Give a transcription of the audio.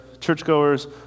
churchgoers